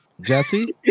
Jesse